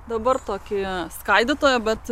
dabar tokie skaidytojai bet